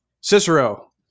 Cicero